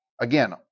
again